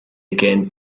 again